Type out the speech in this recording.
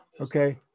Okay